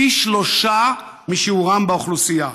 פי שלושה משיעורם באוכלוסייה.